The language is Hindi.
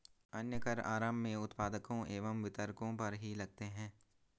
अन्य कर आरम्भ में उत्पादकों एवं वितरकों पर ही लगते हैं